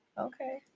Okay